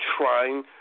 trying